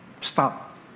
Stop